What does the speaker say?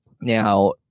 Now